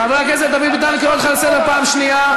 חבר הכנסת ביטן, אני קורא אותך לסדר פעם שנייה.